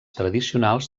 tradicionals